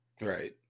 Right